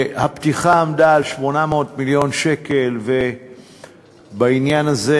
הפתיחה עמדה על 800 מיליון שקל, ובעניין הזה